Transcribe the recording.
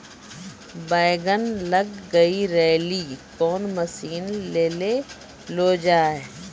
बैंगन लग गई रैली कौन मसीन ले लो जाए?